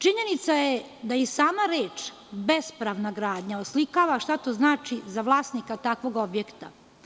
Činjenica je da i sama reč bespravna gradnja oslikava šta to znači za vlasnika takvog objekta.